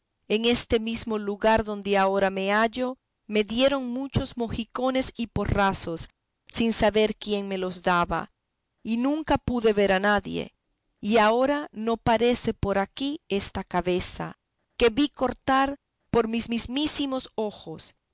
en este mesmo lugar donde ahora me hallo me dieron muchos mojicones y porrazos sin saber quién me los daba y nunca pude ver a nadie y ahora no parece por aquí esta cabeza que vi cortar por mis mismísimos ojos